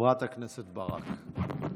חברת הכנסת ברק.